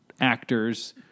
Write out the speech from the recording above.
actors